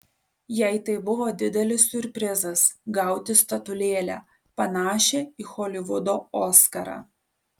jai tai buvo didelis siurprizas gauti statulėlę panašią į holivudo oskarą